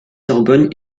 sorbonne